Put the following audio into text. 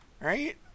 Right